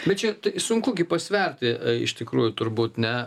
bet čia sunku pasverti iš tikrųjų turbūt ne